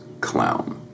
clown